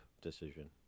decision